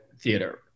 theater